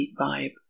vibe